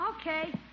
Okay